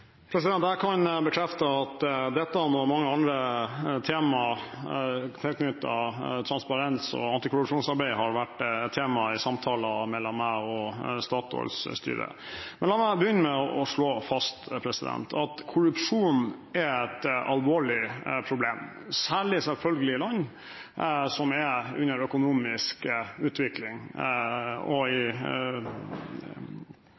Jeg kan bekrefte at dette og mange andre tema tilknyttet transparens og antikorrupsjonsarbeid har vært tema i samtaler mellom meg og Statoils styre. La meg begynne med å slå fast at korrupsjon er et alvorlig problem, særlig selvfølgelig i land som er i økonomisk utvikling,